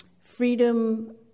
Freedom